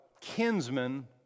kinsman